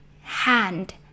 hand